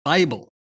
Bible